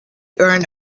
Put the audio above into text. earned